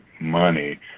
money